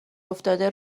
افتاده